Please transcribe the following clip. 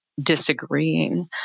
disagreeing